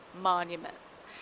monuments